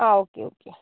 ആ okay okay